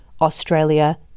Australia